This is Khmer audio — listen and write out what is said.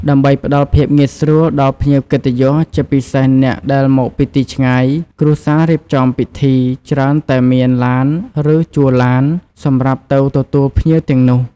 ដើម្បីផ្តល់ភាពងាយស្រួលដល់ភ្ញៀវកិត្តិយស ជាពិសេសអ្នកដែលមកពីទីឆ្ងាយ គ្រួសាររៀបចំពិធីច្រើនតែមាន ឡាន ឬជួលឡាន សម្រាប់ទៅទទួលភ្ញៀវទាំងនោះ។